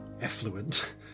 effluent